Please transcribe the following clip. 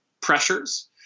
pressures